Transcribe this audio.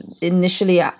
Initially